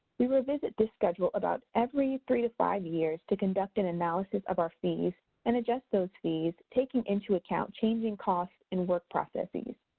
we will revisit this schedule about every three to five years to conduct an analysis of our fees and adjust those fees taking into account changing costs and work processes.